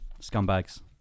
Scumbags